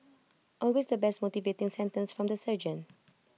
always the best motivating sentence from the sergeant